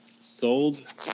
sold